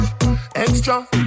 extra